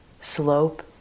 slope